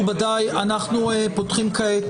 מכובדיי, אנחנו פותחים כעת